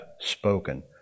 spoken